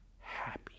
happy